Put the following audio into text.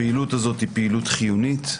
זו היא פעילות חיונית.